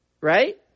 right